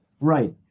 Right